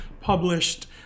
published